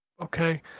okay